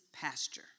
pasture